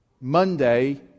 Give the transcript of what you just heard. Monday